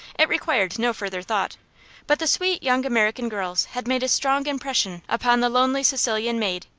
it required no further thought but the sweet young american girls had made a strong impression upon the lonely sicilian maid,